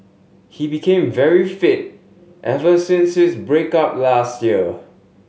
he became very fit ever since his break up last year